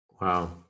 Wow